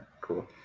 cool